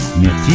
merci